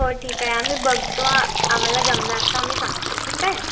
हो ठीक आहे आम्ही बघतो आम्हाला जमणार का आम्ही सांगतो ठीक आहे